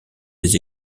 des